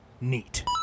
neat